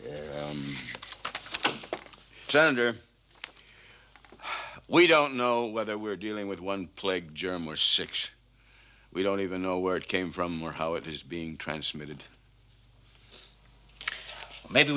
yet gender we don't know whether we're dealing with one plague germ or six we don't even know where it came from or how it is being transmitted maybe